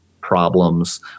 problems